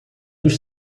dos